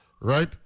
right